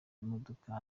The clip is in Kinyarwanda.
imodoka